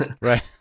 right